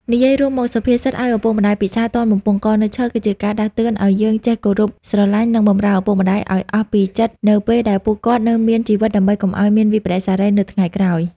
និយាយរួមមក សុភាសិត ឲ្យឪពុកម្តាយពិសារ ទាន់បំពង់ករនៅឈរ គឺជាការដាស់តឿនឲ្យយើងចេះគោរពស្រឡាញ់ និងបម្រើឪពុកម្តាយឲ្យអស់ពីចិត្តនៅពេលដែលពួកគាត់នៅមានជីវិត ដើម្បីកុំឲ្យមានវិប្បដិសារីនៅថ្ងៃក្រោយ។